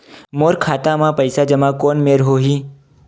मोर खाता मा पईसा जमा कोन मेर होही?